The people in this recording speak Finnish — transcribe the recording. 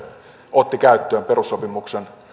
otti käyttöön perussopimuksen